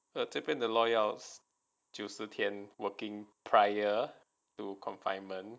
这边的 law 要九十天 working prior to confinement